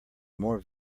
more